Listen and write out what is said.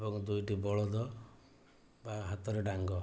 ଏବଂ ଦୁଇଟି ବଳଦ ବା ହାତରେ ଡାଙ୍ଗ